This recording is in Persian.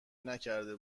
نکرده